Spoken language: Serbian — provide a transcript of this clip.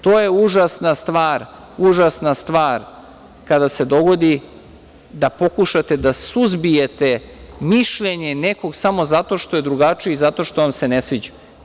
To je užasna stvar, užasna stvar, kada se dogodi da pokušate da suzbijete mišljenje nekog samo zato što je drugačiji i zato što vam se ne sviđa.